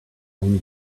own